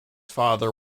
father